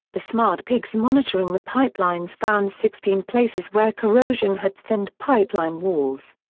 the smart pigs monitoring the pipelines found sixteen places where corrosion had thinned pipeline walls.